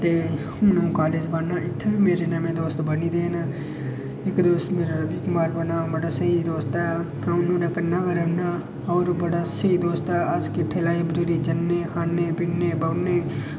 हून कालेज पढ़ना इत्थै मेरे त्रैऽ दोस्त बनी दे न इक दोस्त मेरा रवि कुमार बना दा बड़ा स्हेई दोस्त ऐ अ'ऊं नुहाड़े कन्नै गै रौह्न्ना ओह् बड़ा स्हेई दोस्त ऐ अस किट्ठे लाइब्रेरी जन्ने खन्नें पीन्ने बौहन्नें